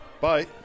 Bye